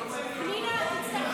אי-אפשר,